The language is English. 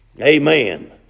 Amen